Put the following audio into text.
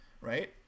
right